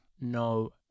no